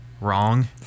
wrong